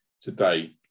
Today